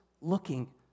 looking